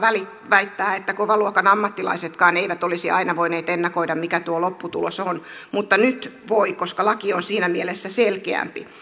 väittää että kovan luokan ammattilaisetkaan eivät olisi aina voineet ennakoida mikä tuo lopputulos on mutta nyt voi koska laki on siinä mielessä selkeämpi